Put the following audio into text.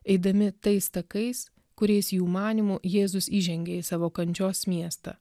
eidami tais takais kuriais jų manymu jėzus įžengė į savo kančios miestą